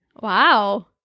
Wow